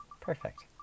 Perfect